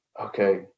Okay